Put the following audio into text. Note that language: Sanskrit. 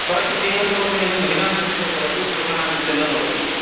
परन्तु सीमन्तोन्नयनं महिलानां कृते भवति पुरुषाणां कृते न भवति